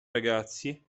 ragazzi